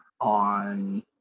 on